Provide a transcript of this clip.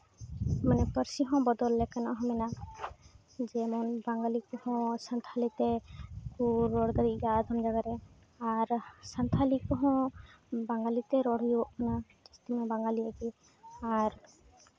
ᱢᱟᱱᱮ ᱯᱟᱹᱨᱥᱤ ᱦᱚᱸ ᱵᱚᱫᱚᱞ ᱞᱮᱠᱟᱱᱟᱜ ᱦᱚᱸ ᱢᱮᱱᱟᱜ ᱡᱮᱢᱚᱱ ᱵᱟᱝᱜᱟᱞᱤ ᱠᱚᱦᱚᱸ ᱥᱟᱱᱛᱷᱟᱞᱤ ᱛᱮᱠᱚ ᱨᱚᱲ ᱫᱟᱲᱮᱭᱟᱜ ᱜᱮᱭᱟ ᱟᱫᱷᱚᱢ ᱡᱟᱭᱜᱟ ᱨᱮ ᱟᱨ ᱥᱟᱱᱛᱷᱟᱞᱤ ᱠᱚᱦᱚᱸ ᱵᱟᱝᱜᱟᱞᱤ ᱛᱮ ᱨᱚᱲ ᱦᱩᱭᱩᱜᱚᱜ ᱠᱟᱱᱟ ᱡᱟᱹᱥᱛᱤ ᱢᱟ ᱵᱟᱝᱜᱟᱞᱤ ᱨᱮᱜᱮ ᱟᱨ